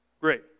Great